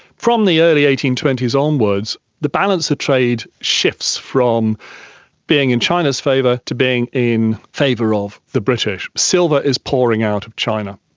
from the early eighteen twenty s onwards, the balance of trade shifts from being in china's favour to being in favour of the british. silver is pouring out of china,